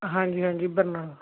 ਹਾਂਜੀ ਹਾਂਜੀ ਬਰਨਾਲਾ